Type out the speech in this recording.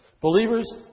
Believers